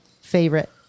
favorite